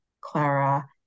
Clara